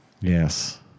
Yes